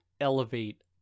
elevate